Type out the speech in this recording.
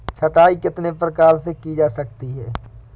छँटाई कितने प्रकार से की जा सकती है?